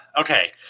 Okay